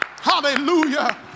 Hallelujah